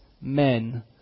men